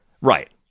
Right